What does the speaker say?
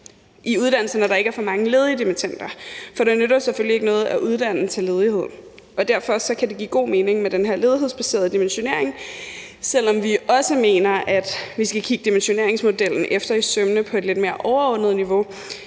i uddannelse, når der ikke er for mange ledige dimittender, for det nytter selvfølgelig ikke noget at uddanne til ledighed. Derfor kan det give god mening med den her ledighedsbaserede dimensionering, selv om vi også mener, at vi skal kigge dimensioneringsmodellen efter i sømmene på et lidt mere overordnet niveau